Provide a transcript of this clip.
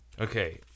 Okay